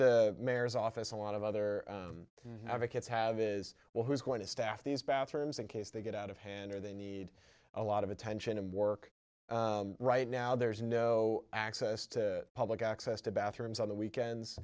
the mayor's office a lot of other advocates have is well who's going to staff these bathrooms in case they get out of hand or they need a lot of attention and work right now there's no access to public access to bathrooms on the weekends